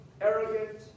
arrogant